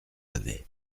avait